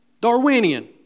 Darwinian